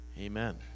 Amen